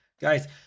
guys